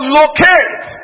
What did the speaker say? locate